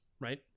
Right